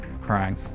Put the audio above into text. crying